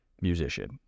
musician